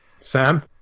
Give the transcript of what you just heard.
Sam